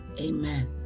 Amen